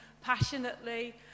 passionately